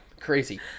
crazy